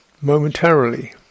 Momentarily